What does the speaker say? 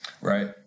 Right